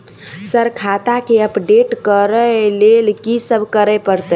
Sir खाता केँ update करऽ लेल की सब करै परतै?